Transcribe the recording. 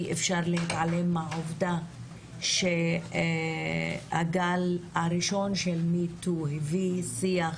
אי אפשר להתעלם מהעובדה שהגל הראשון של Me Too הביא שיח